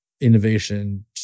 innovation